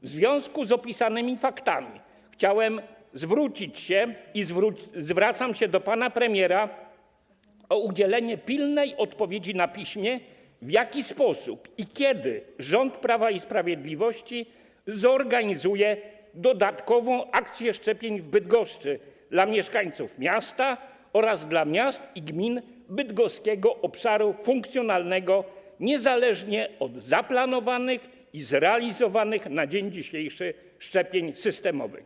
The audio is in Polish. W związku z opisanymi faktami chciałem zwrócić się i zwracam się do pana premiera z prośbą o udzielenie pilnej odpowiedzi na piśmie na pytanie: W jaki sposób i kiedy rząd Prawa i Sprawiedliwości zorganizuje dodatkową akcję szczepień w Bydgoszczy dla mieszkańców miasta oraz dla miast i gmin bydgoskiego obszaru funkcjonalnego, niezależnie od zaplanowanych i zrealizowanych na dzień dzisiejszy szczepień systemowych?